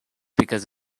because